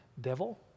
devil